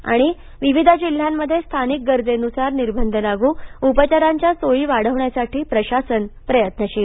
आणि विविध जिल्ह्यांमध्ये स्थानिक गरजेन्सार निर्बंध लागू उपचाराच्या सोयी वाढवण्यासाठी प्रशासन प्रयत्नशील